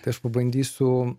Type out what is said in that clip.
tai aš pabandysiu